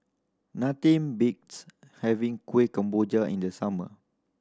nothing beats having Kuih Kemboja in the summer